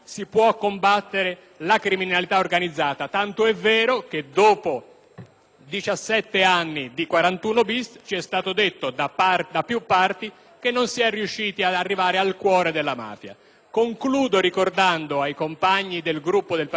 17 anni di 41-*bis* ci è stato detto da più parti che non si è riusciti ad arrivare al cuore della mafia. Concludo ricordando ai compagni del Gruppo del Partito Democratico che nella scorsa legislatura si era tentato di chiudere le due